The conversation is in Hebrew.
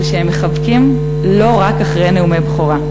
על שהם מחבקים לא רק אחרי נאומי בכורה.